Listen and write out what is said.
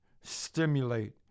stimulate